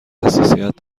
حساسیت